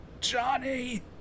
Johnny